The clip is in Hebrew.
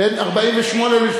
בין 1948,